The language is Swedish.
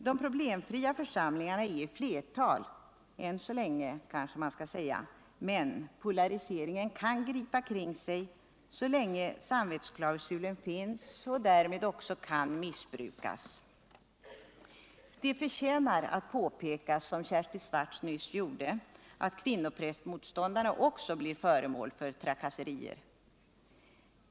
De problemfria församlingarnä är i Alertal än så länge, men polariseringen kan gripa kring sig så länge samvetsklausulen finns och därför också kan missbrukas. Det förtjänar att påpekas, vilket Kersti Swartz nyss gjorde, att också kvinnoprästmotståndarna blir föremål för trakasserier.